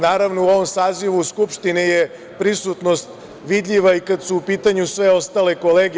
Naravno, u ovom sazivu Skupštine je prisutnost vidljiva i kad su u pitanju sve ostale kolege.